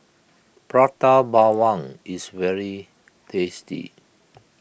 Prata Bawang is very tasty